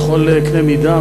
קנה מידה,